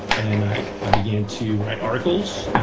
and i i began to write articles,